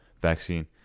vaccine